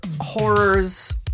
horrors